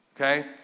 Okay